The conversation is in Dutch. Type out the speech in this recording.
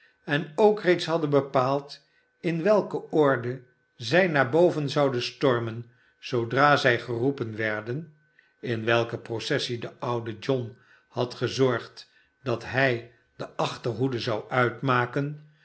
en ook reeds hadden bepaald in welke orde zij naar boven zouden stormen zoodra zij geroepen werden in welke processie de oude john had gezorgd dat hij de achterhoede zou mtmaken